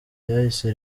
ryahise